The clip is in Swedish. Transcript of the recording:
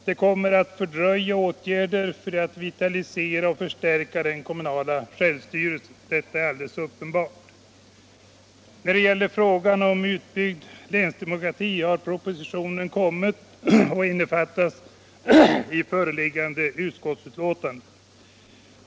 Det kommer att fördröja åtgärder för att vitalisera och förstärka den kommunala självstyrelsen. Detta blir tyvärr fallet. När det gäller utbyggd länsdemokrati har propositionen kommit och behandlas i föreliggande utskottsbetänkande.